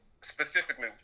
specifically